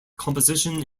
composition